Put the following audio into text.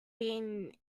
been